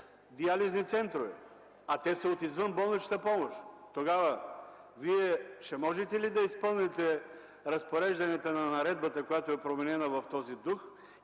диализни центрове, а те са от извънболничната помощ. Тогава, Вие ще можете ли да изпълните разпорежданията на наредбата, която е променена в този дух,